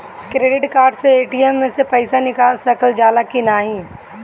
Credit card से ATM से पइसा निकाल सकल जाला की नाहीं?